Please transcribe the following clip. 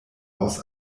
aus